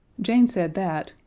jane said that,